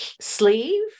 sleeve